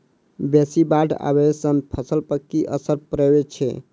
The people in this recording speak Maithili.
बेसी बाढ़ आबै सँ फसल पर की असर परै छै?